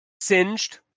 singed